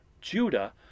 Judah